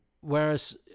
Whereas